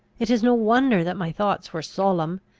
it is no wonder that my thoughts were solemn,